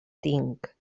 tinc